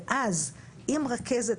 ואז אם רכזת,